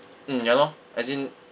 mm ya lor as in